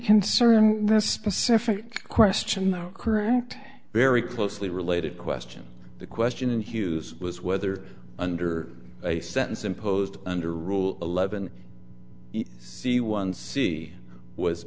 concern that specific question the current very closely related question the question in hughes was whether under a sentence imposed under rule eleven c one c was